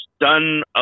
done